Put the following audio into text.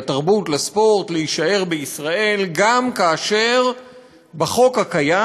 לתרבות ולספורט להישאר בישראל גם כאשר בחוק הקיים,